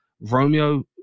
Romeo